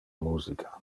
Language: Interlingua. musica